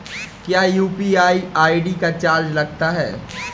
क्या UPI ID का charge लगता है?